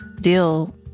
deal